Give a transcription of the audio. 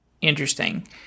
Interesting